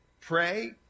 pray